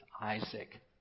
Isaac